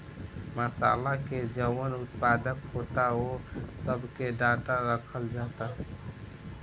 मासाला के जवन उत्पादन होता ओह सब के डाटा रखल जाता